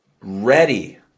ready